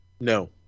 No